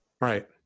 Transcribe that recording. Right